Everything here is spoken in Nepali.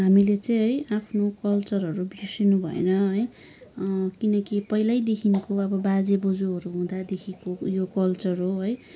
हामीले चाहिँ है आफ्नो कल्चरहरू बिर्सनु भएन है किनकि अब पहिल्यैदेखिको अब बाजे बज्यूहरू हुँदादेखिको यो कल्चर हो है